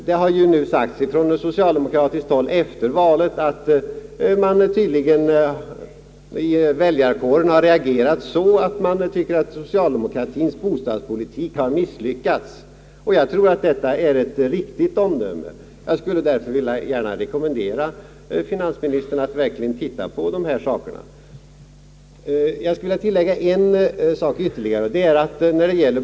Det har nu sagts från socialdemokratiskt håll efter valet, att väljarkåren tydligen reagerat så att den tycker att socialdemokratiens bostadspolitik har misslyckats — och jag tror att detta är ett riktigt omdöme, Jag skulle gärna vilja rekommendera finansministern att verkligen läsa igenom det förslag vi här lagt fram. Jag skulle vilja tillägga en sak.